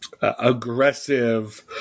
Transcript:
aggressive